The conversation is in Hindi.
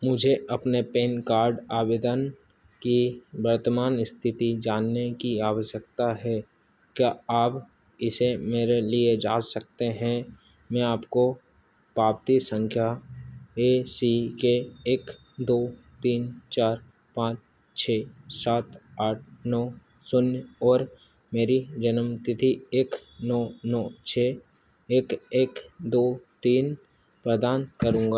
मुझे अपने पैन कार्ड आवेदन की वर्तमान स्थिति जानने की आवश्यकता है क्या आप इसे मेरे लिए जाँच सकते हैं मैं आपको पावती संख्या ए सी के एक दो तीन चार पाँच छः सात आठ नौ शून्य और मेरी जन्म तिथि एक नौ नौ छः एक एक दो तीन प्रदान करूँगा